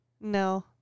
No